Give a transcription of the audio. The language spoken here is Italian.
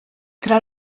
tra